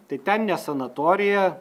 tai ten ne sanatorija